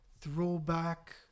throwback